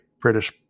British